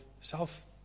self